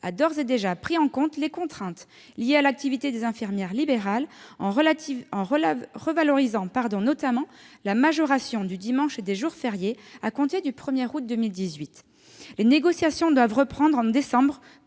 a d'ores et déjà pris en compte les contraintes liées à l'activité des infirmières libérales en revalorisant notamment la majoration du dimanche et des jours fériés à compter du 1 août 2018. Les négociations doivent reprendre en décembre